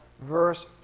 verse